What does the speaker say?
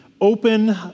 open